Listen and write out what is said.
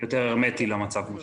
יותר הרמטי למצב.